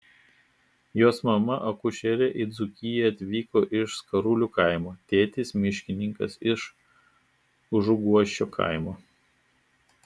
jos mama akušerė į dzūkiją atvyko iš skarulių kaimo tėtis miškininkas iš užuguosčio kaimo